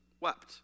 wept